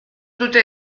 dute